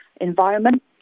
environment